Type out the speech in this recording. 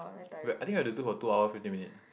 wait I think you have to do for two hour fifteen minute